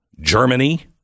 Germany